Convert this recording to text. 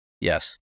Yes